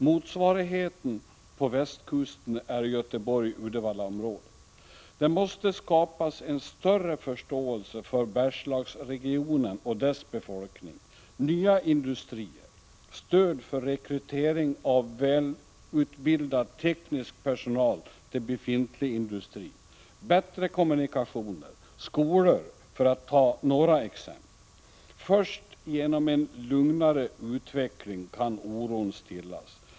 Motsvarigheten på västkusten är Göteborg-Uddevalla-området. Det måste skapas en större förståelse för Bergslagsregionen och dess befolkning: nya industrier, stöd för rekrytering av välutbildad teknisk personal till befintlig industri, bättre kommunikationer, skolor — för att ta några exempel. Först genom en lugnare utveckling kan oron stillas.